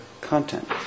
content